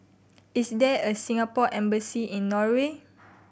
is there a Singapore Embassy in Norway